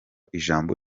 ijambo